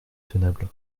tenable